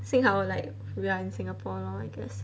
幸好 like we are in singapore lor I guess